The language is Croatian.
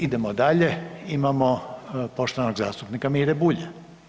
Idemo dalje, imamo poštovanog zastupnika Mire Bulja.